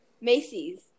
Macy's